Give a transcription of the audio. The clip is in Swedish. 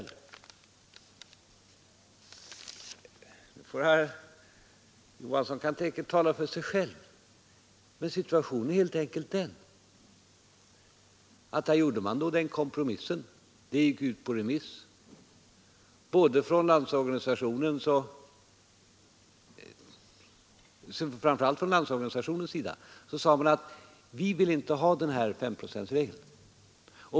Herr Johansson kan säkert tala för sig själv, men situationen är helt enkelt den att man gjorde en kompromiss. Ärendet gick ut på remiss, och LO sade att man inte ville ha S-procentsregeln.